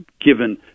given